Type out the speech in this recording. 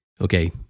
Okay